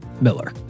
Miller